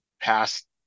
past